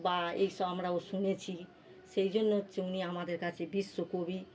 বা এইসব আমরাও শুনেছি সেই জন্য হচ্ছে উনি আমাদের কাছে বিশ্বকবি